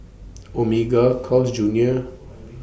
Omega Carl's Junior